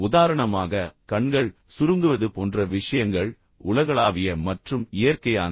உதாரணமாக கண்கள் சுருங்குவது போன்ற விஷயங்கள் உலகளாவிய மற்றும் இயற்கையானவை